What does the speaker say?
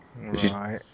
right